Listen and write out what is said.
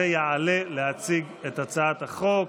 ויעלה להציג את הצעת החוק.